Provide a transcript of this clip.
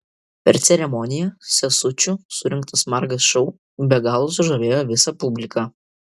per ceremoniją sesučių surengtas margas šou be galo sužavėjo visą publiką